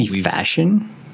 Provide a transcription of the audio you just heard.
fashion